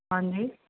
ਹਾਂਜੀ